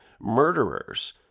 murderers